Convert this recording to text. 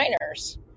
miners